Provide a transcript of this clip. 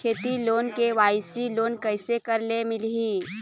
खेती loan KYC loan कइसे करे ले मिलही?